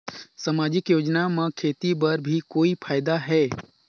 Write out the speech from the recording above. समाजिक योजना म खेती बर भी कोई फायदा है?